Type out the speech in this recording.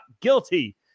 guilty